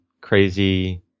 crazy